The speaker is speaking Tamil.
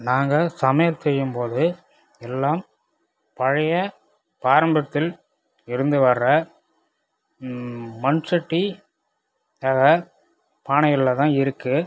நாங்கள் சமையல் செய்யும் போது எல்லாம் பழைய பாரம்பரியத்தில் இருந்து வர மண் சட்டியாக பானைகளில்தான் இருக்குது